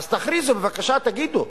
אז תכריזו, בבקשה, תגידו,